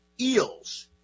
eels